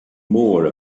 more